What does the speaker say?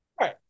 right